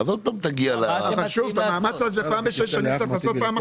פעם בשש שנים עושים פעם אחת.